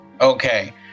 Okay